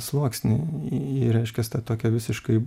sluoksnį į reiškias tą tokią visiškai